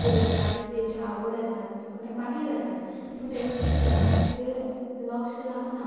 भुरग्यांक आत तेजी आवड आसा पूण तें मागीर आसा म्हूण तेजें शिक्षणांत तितली लक्ष लागना